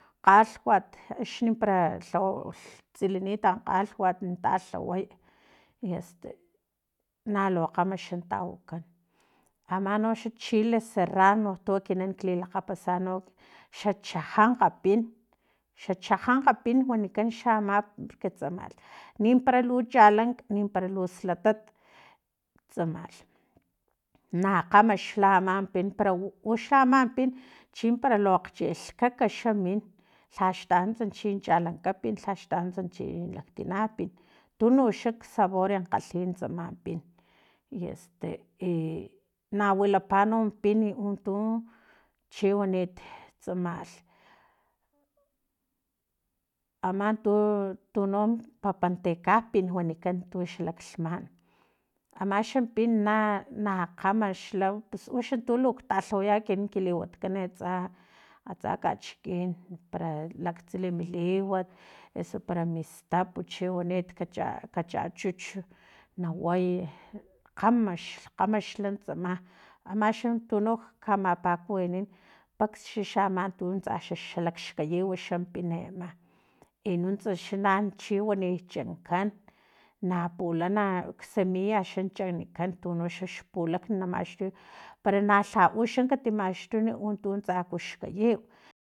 Kgalhwat axni para lha tsilinit kgalhwat na talhaway i este nalu kgama xa tawakan amanoxa chile serrano tu no ekinan lakgapasa no xa chajankg pin xa chajankg pin wanikan xa ama porque tsamalh nimpra lu chalank nimpara lus latat tsamalh na kgama xla ama pin para u uxama pin chimpara lu akgchelhkak xa min l haxtanunts chin chalankapin lhaxtanunts chi laktinapin tununk xla ksabor kgalhi tsama pin i este i nawilapa nom pin untu chiwanit tsmalh aman tu tuno papantekapin wanikan tuxalaklhaman amaxan pin na kgama xla pus uxantu lu talhawaya kin ki liwatkan atsa atsa kachikin para laktsili mi liwa eso para mi stap chiwani kacha kacha chuch naway kgamaxla kgamaxla tsama amanoxan tuno kamapakuwinin paksaxa tuntsa xa xalakxkayiw xampin ama i nuntsa xa na chiwanit chankan na pulana ksemilla xla chanikan tunoxax pulakni na maxtuy para na lha u katimaxtun un tu tsaku xkayiw